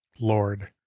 Lord